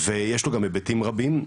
ויש לו גם היבטים רבים.